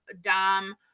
Dom